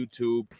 YouTube